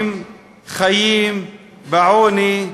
חיים בעוני.